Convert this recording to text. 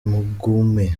mugume